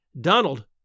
Donald